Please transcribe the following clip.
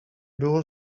było